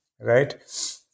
Right